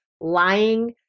lying